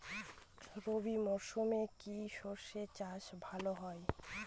রবি মরশুমে কি সর্ষে চাষ ভালো হয়?